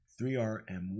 3RM1